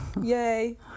Yay